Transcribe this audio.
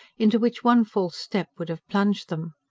into which one false step would have plunged them.